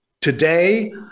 Today